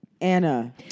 Anna